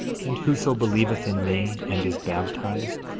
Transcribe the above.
and whoso believeth in me, and is baptized,